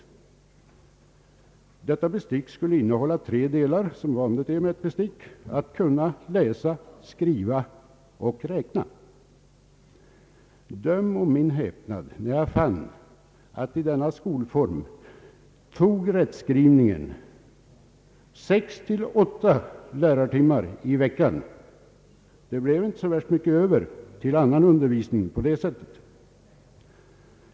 Detta bestick skulle liksom är vanligt med ett bestick innehålla tre delar: att kunna läsa, skriva och räkna. Döm om min häpnad, när jag fann att rättskrivningen i denna skolform tog sex till åtta lärartimmar i anspråk i veckan! Det blev inte så värst mycket över till undervisning på detta sätt.